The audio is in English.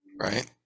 right